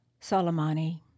Soleimani